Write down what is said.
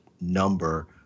number